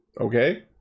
Okay